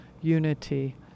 unity